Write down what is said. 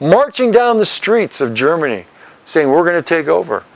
marching down the streets of germany saying we're going to take over